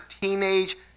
teenage